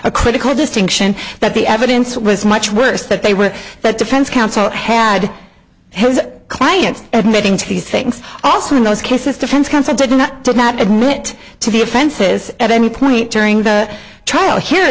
a critical distinction that the evidence was much worse that they were that defense counsel had his client admitting to these things also in those cases defense counsel did not did not admit to the offenses at any point during the trial here